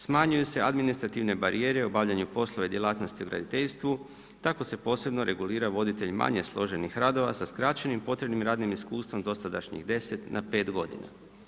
Smanjuju se administrativne barijere obavljanju poslova i djelatnosti u graditeljstvu, tako se i posebno regulira voditelj manje složenih radova sa skraćenim potrebnim radnim iskustvom dosadašnjih 10 na 5 godina.